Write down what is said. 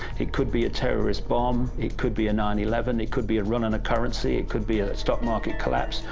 it could be a terrorist bomb, it could be a nine eleven, it could be a run on a currency it could be a stock market collapse,